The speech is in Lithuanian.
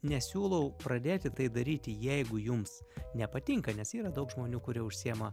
nesiūlau pradėti tai daryti jeigu jums nepatinka nes yra daug žmonių kurie užsiėma